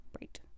right